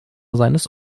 seines